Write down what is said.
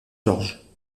georges